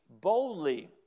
boldly